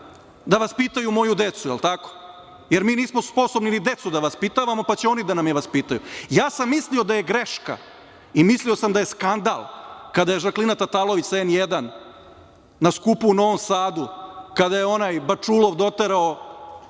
da vaspitaju moju decu, jel tako, jer mi nismo sposobni ni decu da vaspitavamo, pa će oni da nam vaspitaju? Ja sam mislio da je greška i mislio sam da je skandal kada je Žaklina Tatalović sa „N1“ na skupu u Novom Sadu, kada je onaj Bačulov doterao